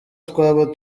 twaba